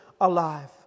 alive